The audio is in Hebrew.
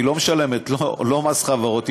היא לא משלמת לא מס חברות,